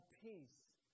peace